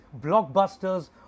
blockbusters